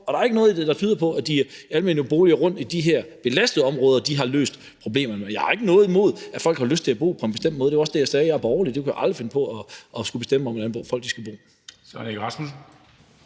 Og der er ikke noget, der tyder på, at almene boliger rundtomkring i de belastede områder har løst problemerne. Men jeg har ikke noget imod, at folk har lyst til at bo på en bestemt måde. Det var også det, jeg sagde. Jeg er borgerlig, og jeg kunne aldrig finde på at bestemme, hvor folk skal bo.